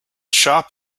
shop